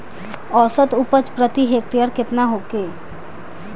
औसत उपज प्रति हेक्टेयर केतना होखे?